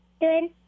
Good